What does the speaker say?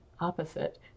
Opposite